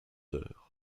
heures